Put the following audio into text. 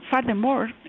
furthermore